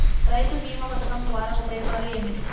రైతు బీమా పథకం ద్వారా ఉపయోగాలు ఏమిటి?